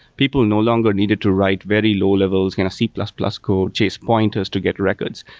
people no longer needed to write very low-levels, kind of c plus plus code, chase pointers to get records.